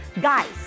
Guys